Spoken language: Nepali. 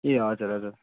ए हजर हजर